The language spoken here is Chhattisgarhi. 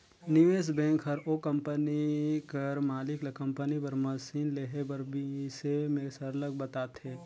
निवेस बेंक हर ओ कंपनी कर मालिक ल कंपनी बर मसीन लेहे कर बिसे में सरलग बताथे